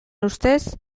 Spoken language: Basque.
ustez